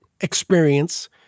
experience